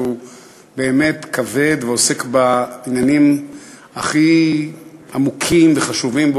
שהוא באמת כבד ועוסק בעניינים הכי עמוקים וחשובים בעולמנו,